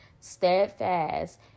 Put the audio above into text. steadfast